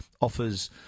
offers